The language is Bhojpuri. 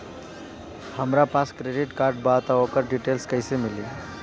हमरा पास क्रेडिट कार्ड बा त ओकर डिटेल्स कइसे मिली?